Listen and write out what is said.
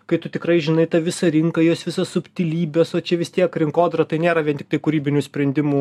kai tu tikrai žinai tą visą rinką jos visas subtilybes o čia vis tiek rinkodara tai nėra vien tiktai kūrybinių sprendimų